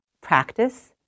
practice